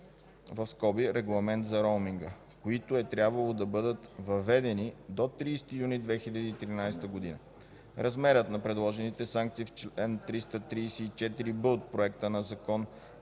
на Съюза (Регламент за роуминга), които е трябвало да бъдат въведени до 30 юни 2013 г. Размерът на предложените санкции в чл. 334б от Проекта на закон